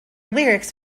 lyrics